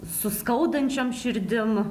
su skaudančiom širdim